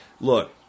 Look